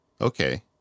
Okay